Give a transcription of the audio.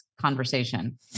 conversation